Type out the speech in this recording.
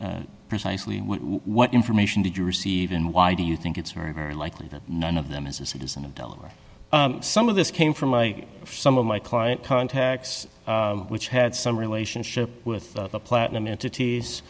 e precisely what information did you receive and why do you think it's very very likely that none of them is a citizen of delaware some of this came from my some of my client contacts which had some relationship with the platinum entities